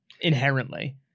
inherently